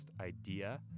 idea